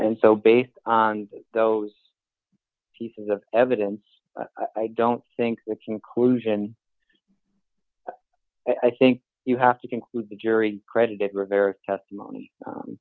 and so based on those pieces of evidence i don't think the conclusion i think you have to conclude the jury credited rivera testimony